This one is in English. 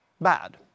bad